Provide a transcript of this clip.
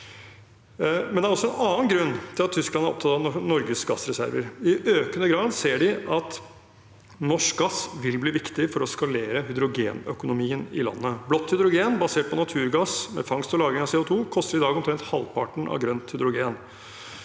det er også en annen grunn til at Tyskland er opptatt av Norges gassreserver. I økende grad ser de at norsk gass vil bli viktig for å skalere hydrogenøkonomien i landet. Blått hydrogen, basert på naturgass, med fangst og lagring av CO2, koster i dag omtrent halvparten av grønt hydrogen.